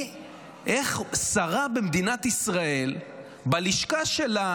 איך שרה במדינת ישראל בלשכה שלה